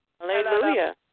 Hallelujah